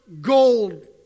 gold